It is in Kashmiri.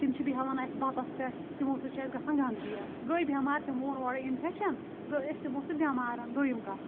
تِم چھِ بٮ۪ہوان اسہِ بَتَس پٮ۪ٹھ تِمو سۭتۍ چھِ گَژَھان اسہِ گَنٛدگی گٔے بٮ۪مار تِمو اوٚن اورٕ اِنفٮ۪کشٮ۪ن گے أسۍ تِمو سۭتۍ بٮ۪مار دویِم کَتھ